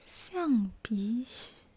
xiang bi shi